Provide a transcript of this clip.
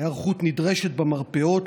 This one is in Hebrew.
היערכות נדרשת במרפאות,